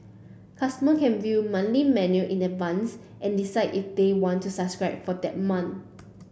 customers can view monthly menu in advance and decide if they want to subscribe for that month